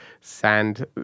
sand